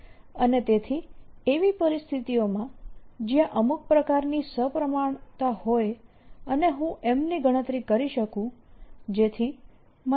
અને તેથી એવી પરિસ્થિતિઓમાં જ્યાં અમુક પ્રકારની સમપ્રમાણતા હોય અને હું M ની ગણતરી કરી શકું જેથી મને